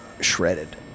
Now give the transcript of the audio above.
shredded